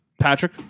Patrick